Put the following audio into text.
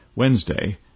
Wednesday